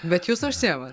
bet jūs užsiimat